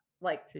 like-